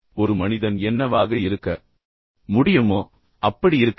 ஒரு மனிதன் என்னவாக இருக்க முடியும் இருக்க வேண்டும்